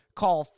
call